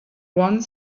one